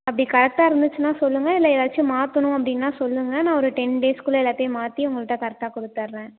அப்படி கரெக்டாக இருந்துச்சுன்னா சொல்லுங்கள் இல்லை ஏதாச்சு மாற்றணும் அப்படின்னா சொல்லுங்கள் நான் ஒரு டென் டேஸுக்குள்ள எல்லாத்தையும் மாற்றி உங்கள்ட்ட கரெக்டாக கொடுத்தட்றேன்